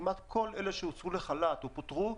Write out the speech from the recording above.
כמעט כל אלה שהוצאו לחל"ת או פוטרו,